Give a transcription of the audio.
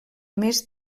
més